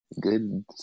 good